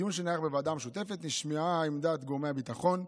בדיון שנערך בוועדה המשותפת נשמעה עמדת גורמי הביטחון,